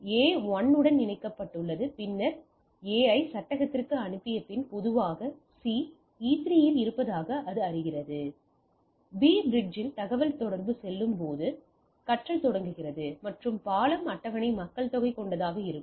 எனவே A 1 உடன் இணைக்கப்பட்டுள்ளது பின்னர் A ஐ சட்டகத்திற்கு அனுப்பிய பின் பொதுவாக C E 3 இல் இருப்பதாக அது அறிகிறது எனவே B பிரிட்ஜில் தகவல் தொடர்பு செல்லும் போது கற்றல் தொடர்கிறது மற்றும் பாலம் அட்டவணை மக்கள்தொகை கொண்டதாக இருக்கும்